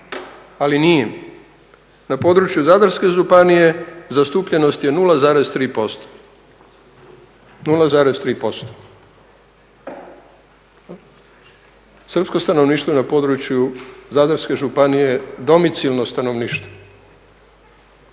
ali nije. Na području Zadarske županije zastupljenost je 0,3%. Srpsko stanovništvo na području Zadarske županije je domicilno stanovništvo.